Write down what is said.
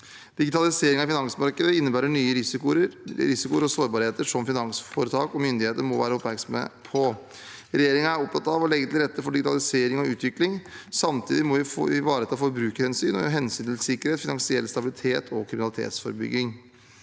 Digitaliseringen i finansmarkedet innebærer nye risikoer og sårbarheter som finansforetak og myndigheter må være oppmerksomme på. Regjeringen er opptatt av å legge til rette for digitalisering og utvikling. Samtidig må vi ivareta forbrukerhensyn og hensyn til sikkerhet, finansiell stabilitet og kriminalitetsforebygging.